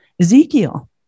ezekiel